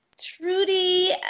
Trudy